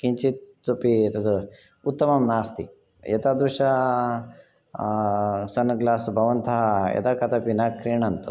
किञ्चित् अपि एतत् उत्तमं नास्ति एतादृश सन् ग्लास् भवन्तः यदा कदापि न क्रीणन्तु